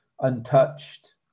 untouched